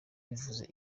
bivuze